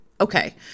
okay